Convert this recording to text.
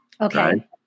Okay